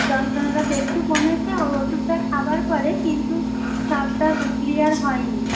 যন্ত্রণাটা তো একটু কমছে ওই ওষুধটা খাওয়ার পরে কিন্তু সবটা ক্লিয়ার হয়নি